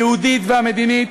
היהודית והמדינית,